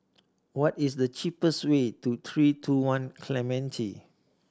what is the cheapest way to Three Two One Clementi